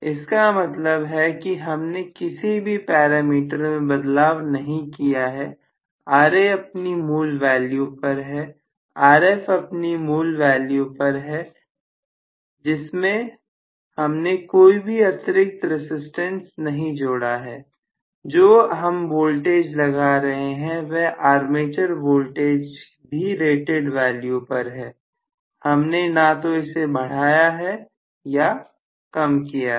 इसका मतलब है कि हमने किसी भी पैरामीटर में बदलाव नहीं किया है Ra अपनी मूल वैल्यू पर है Rf अपनी मूल वैल्यू पर है जिसमें हमने कोई भी अतिरिक्त रसिस्टेंस नहीं जोड़ा है जो हम वोल्टेज लगा रहे हैं वह आर्मेचर वोल्टेज भी रेटेड वैल्यू पर है हमने ना तो इसे बढ़ाया है या कम किया है